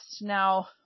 now